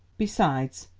besides,